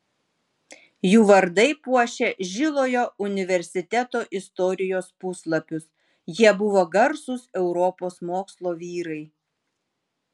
jų vardai puošia žilojo universiteto istorijos puslapius jie buvo garsūs europos mokslo vyrai